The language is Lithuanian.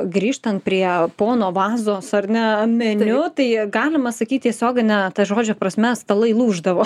grįžtant prie pono vazos ar ne meniu tai galima sakyt tiesiogine ta žodžio prasme stalai lūždavo